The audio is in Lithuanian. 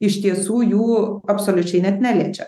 iš tiesų jų absoliučiai net neliečia